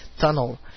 tunnel